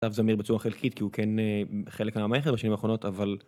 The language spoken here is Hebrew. אסף זמיר בצורה חלקית כי הוא כן חלק מהמערכת בשנים האחרונות אבל